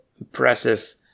impressive